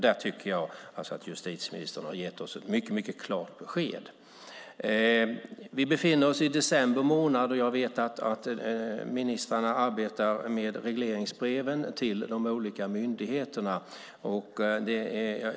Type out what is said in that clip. Där tycker jag att justitieministern gett oss ett mycket klart besked. Vi befinner oss i december månad, och jag vet att ministrarna arbetar med regleringsbreven till de olika myndigheterna.